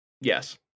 Yes